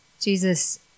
Jesus